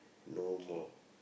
no more